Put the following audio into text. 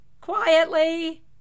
quietly